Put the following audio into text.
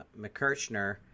McKirchner